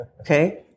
Okay